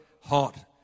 Hot